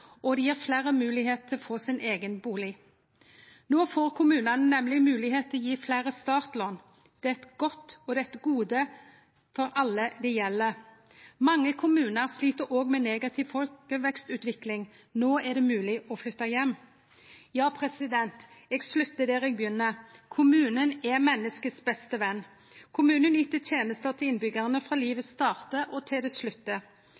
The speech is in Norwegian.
og det gjev fleire moglegheit til å få sin eigen bustad. No får nemleg kommunane moglegheit til å gje fleire startlån. Det er eit gode for alle det gjeld. Mange kommunar slit òg med negativ folkevekstutvikling. No er det mogleg å flytte heim. Eg sluttar der eg begynte. Kommunen er menneskets beste ven. Kommunen yter tenester til innbyggjarane frå livet startar og til det